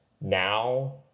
now